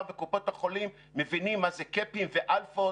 וקופות החולים מבינים מה זה קאפים ואלפות